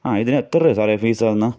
ആ ഇതിന് എത്ര രുപയാണ് സാറെ ഫീസാവുന്നത്